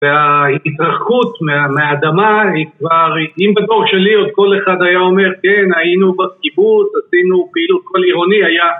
וההתרחקות מהאדמה היא כבר, אם בדור שלי עוד כל אחד היה אומר כן היינו בקיבוץ עשינו פעילות, כל עירוני היה